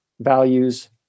values